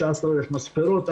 16,000 מספרות,